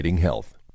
health